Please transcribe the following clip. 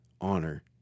Honor